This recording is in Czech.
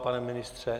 Pane ministře?